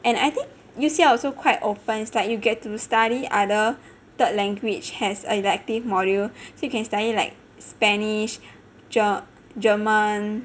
and I I think U_C_L also quite open like you get to study other third language as a elective module so you can study like spanish ger~ german